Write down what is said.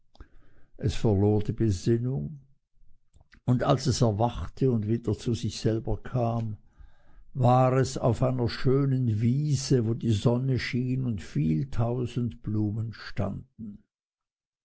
es verlor die besinnung und als es erwachte und wieder zu sich selber kam war es auf einer schönen wiese wo die sonne schien und viel tausend blumen standen